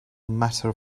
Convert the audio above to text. matter